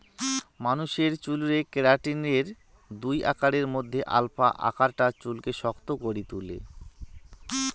মানুষের চুলরে কেরাটিনের দুই আকারের মধ্যে আলফা আকারটা চুলকে শক্ত করি তুলে